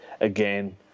again